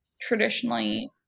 traditionally